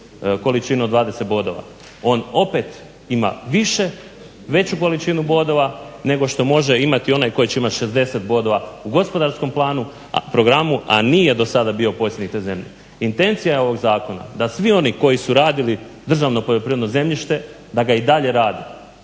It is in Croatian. količinu od 20 bodova on opet ima više, veću količinu bodova nego što može imati onaj koji će imati 60 bodova u gospodarskom planu, programu a nije do sada bio posjednik te zemlje. Intencija je ovog zakona da svi oni koji su radili državno poljoprivredno zemljište da ga i dalje radi,